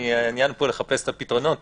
העניין הוא פה לחפש את הפתרונות